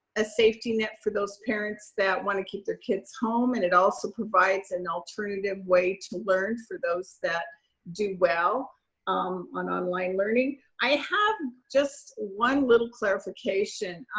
a safety net for those parents that want to keep their kids home and it also provides an alternative way to learn for those that do well um on online learning. i have just one little clarification.